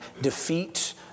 defeat